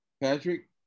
Patrick